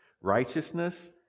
righteousness